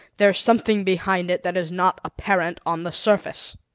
there's something behind it that is not apparent on the surface.